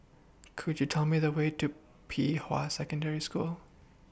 Could YOU Tell Me The Way to Pei Hwa Secondary School